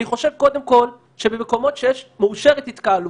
אני חושב קודם כל שבמקומות שמאושרת התקהלות,